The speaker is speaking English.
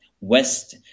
west